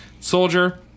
soldier